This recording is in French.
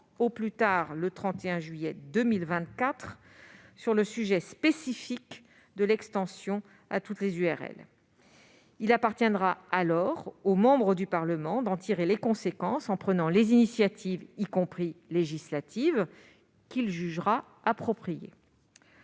au plus tard le 31 juillet 2024 sur le sujet spécifique de l'extension à toutes les URL. Il appartiendra alors aux membres du Parlement d'en tirer les conséquences en prenant les initiatives, y compris législatives, qu'il jugera appropriées.